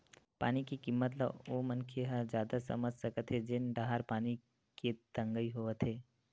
पानी के किम्मत ल ओ मनखे ह जादा समझ सकत हे जेन डाहर पानी के तगई होवथे